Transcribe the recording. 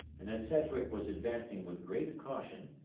and that sedgwick was advancing with great caution,